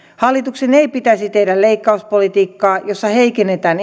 hallituksen ei pitäisi tehdä leikkauspolitiikkaa jossa heikennetään